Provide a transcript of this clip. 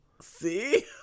See